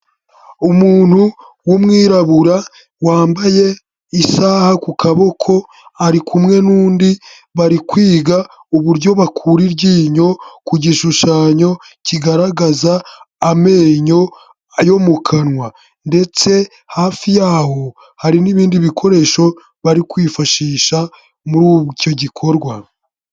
Umuntu w'umwirabura wambaye isaha ku kaboko ari kumwe n'undi bari kwiga uburyo bakura iryinyo, ku gishushanyo kigaragaza amenyo yo mu kanwa. Ndetse hafi yaho hari n'ibindi bikoresho bari kwifashisha muri icyo gikorwa.